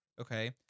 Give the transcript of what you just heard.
Okay